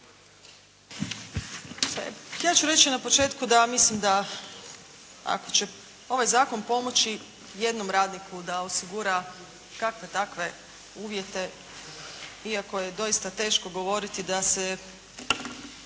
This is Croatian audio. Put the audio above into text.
Ja ću reći na početku da mislim da ako će ovaj zakon pomoći jednom radniku da osigura kakve-takve uvjete, iako je doista teško govoriti da se